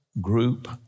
group